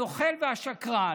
הנוכל והשקרן,